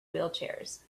wheelchairs